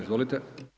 Izvolite.